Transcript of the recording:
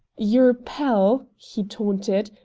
your pal, he taunted,